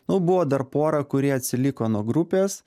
nu buvo dar pora kurie atsiliko nuo grupės